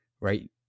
right